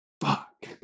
fuck